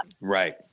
right